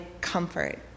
comfort